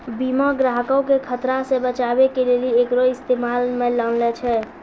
बीमा ग्राहको के खतरा से बचाबै के लेली एकरो इस्तेमाल मे लानै छै